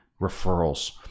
referrals